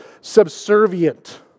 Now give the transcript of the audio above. subservient